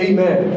Amen